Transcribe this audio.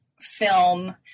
film